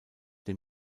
dem